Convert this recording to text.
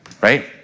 right